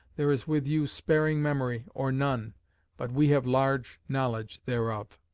there is with you sparing memory, or none but we have large knowledge thereof.